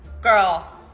Girl